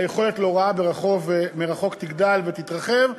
היכולת להוראה מרחוק תגדל ותתרחב.